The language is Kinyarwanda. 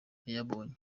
yayabonye